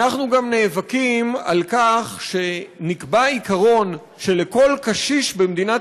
אנחנו גם נאבקים על כך שנקבע עיקרון שלכל קשיש במדינת